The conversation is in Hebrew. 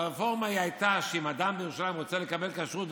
והרפורמה הייתה שאם אדם בירושלים רוצה לקבל כשרות,